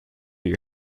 you